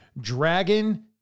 Dragon